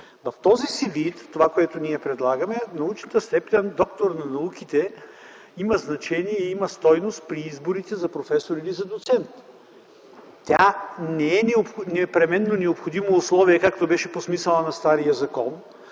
В този си вид това, което ние предлагаме, научната степен „доктор на науките” има значение и има стойност при изборите за професор или доцент. Тя не е непременно необходимо условие, както беше по смисъла на стария закон,